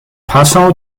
passau